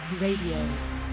Radio